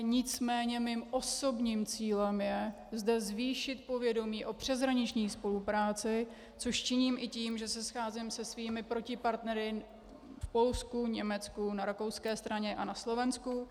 Nicméně mým osobním cílem je zde zvýšit povědomí o přeshraniční spolupráci, což činím i tím, že se scházím se svými protipartnery v Polsku, Německu, na rakouské straně a na Slovensku.